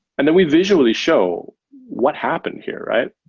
and then we visually show what happened here, right?